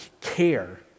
care